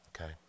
okay